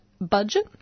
budget